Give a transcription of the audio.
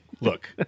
Look